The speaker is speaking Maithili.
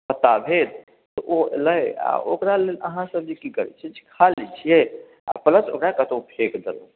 पत्ता भेल तऽ ओ अयलै आ ओकरा लेल अहाँसब जे की करैत छियै खा लै छियै आ ओकर बाद ओकरा कतहुँ फेक देलहुँ